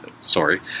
Sorry